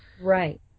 Right